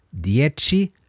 dieci